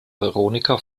veronika